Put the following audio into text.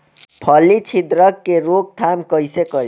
फली छिद्रक के रोकथाम कईसे करी?